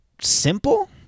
simple